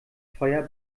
feuer